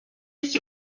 ich